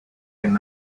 can